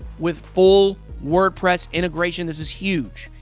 with full wordpress integration. this is huge!